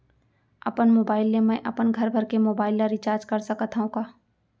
अपन मोबाइल ले मैं अपन घरभर के मोबाइल ला रिचार्ज कर सकत हव का?